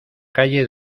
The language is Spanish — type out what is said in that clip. calle